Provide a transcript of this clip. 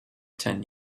ten